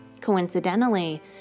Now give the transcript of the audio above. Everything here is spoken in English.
Coincidentally